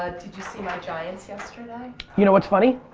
ah did you see my giants yesterday? you know what's funny?